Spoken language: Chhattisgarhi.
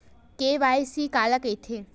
के.वाई.सी काला कइथे?